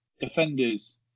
defenders